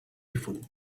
difunt